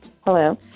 Hello